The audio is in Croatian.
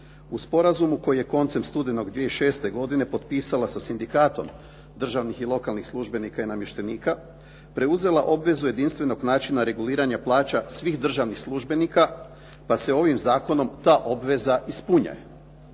u sporazumu koji je koncem studenog 2006. godine potpisala sa Sindikatom državnih i lokalnih službenika i namještenika preuzela obvezu jedinstvenog načina reguliranja plaća svih državnih službenika pa se ovim zakonom ta obveza ispunjuje.